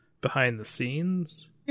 behind-the-scenes